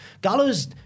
Gallows